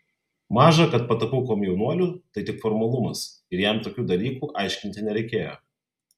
maža kad patapau komjaunuoliu tai tik formalumas ir jam tokių dalykų aiškinti nereikėjo